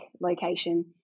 location